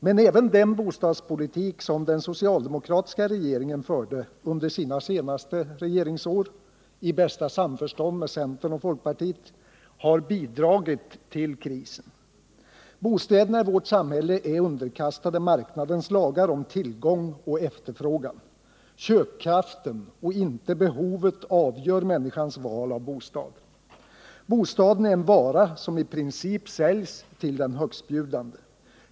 Men även den bostadspolitik som den socialdemokratiska regeringen förde under sina sista regeringsår — i bästa samförstånd med centern och folkpartiet — har bidragit till krisen. Bostäderna i vårt samhälle är underkastade marknadens lagar om tillgång och efterfrågan. Köpkraften, och inte behovet, avgör människans val av bostad. Bostaden är en vara som i princip säljs till den högstbjudande.